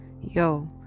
yo